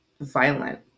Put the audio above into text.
violent